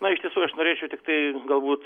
na iš tiesų aš norėčiau tiktai galbūt